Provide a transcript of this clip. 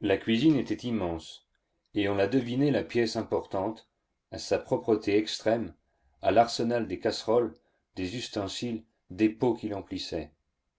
la cuisine était immense et on la devinait la pièce importante à sa propreté extrême à l'arsenal des casseroles des ustensiles des pots qui